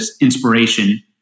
inspiration